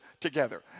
together